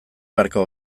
beharko